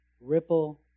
ripple